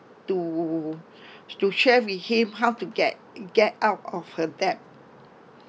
to to share with him how to get get out of her debt